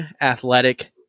athletic